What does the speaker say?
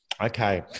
Okay